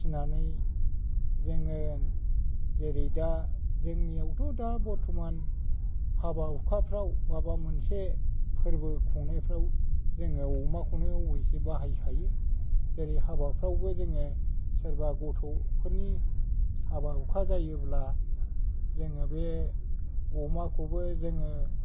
फिनानै जोङो जेरै दा जोंनियावथ' दा बर्थ'मान हाबा हुखाफ्राव माबा मोनसे फोरबो खुंनायफ्राव जोङो अमाखौनो अबैसो बाहायखायो जेरै हाबाफ्रावबो जोङो सोरबा गथ'फोरनि हाबा हुखा जायोब्ला जोङो बे अमाखौबो जोङो